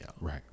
Right